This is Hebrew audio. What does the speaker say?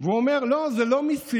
והוא אומר: לא, זה לא מיסים,